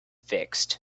fixed